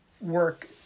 work